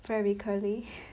very curly